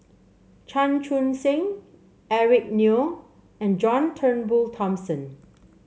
Chan Chun Sing Eric Neo and John Turnbull Thomson